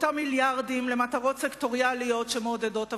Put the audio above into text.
אותם מיליארדים למטרות סקטוריאליות שמעודדות אבטלה.